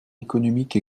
économique